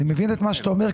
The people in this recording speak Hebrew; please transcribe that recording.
אני מבין את מה שאתה אומר,